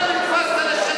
אתה נתפסת לשקר,